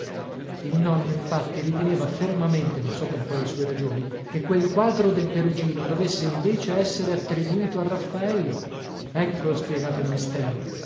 il nonno infatti riteneva fermamente non so per quali sue ragioni che quel quadro del perugino dovesse invece essere attribuito a raffaello ecco spiegato il mistero